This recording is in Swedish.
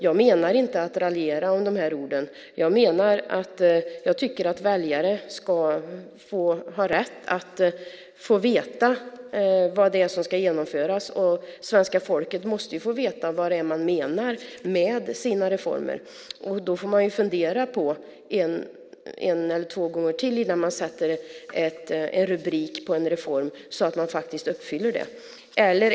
Jag menar inte att raljera över de här orden. Jag tycker att väljare ska ha rätt att få veta vad det är som ska genomföras. Svenska folket måste få veta vad det är man menar med sina reformer. Då får man fundera en eller två gånger till innan man sätter en rubrik på en reform så att man uppfyller det.